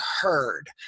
heard